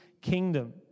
kingdom